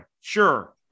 Sure